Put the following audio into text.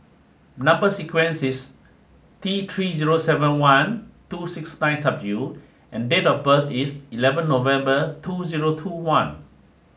number sequence is T three zero seven one two six nine W and date of birth is eleven November two zero two one